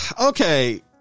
okay